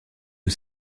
aux